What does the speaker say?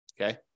Okay